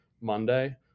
Monday